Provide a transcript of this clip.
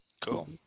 Cool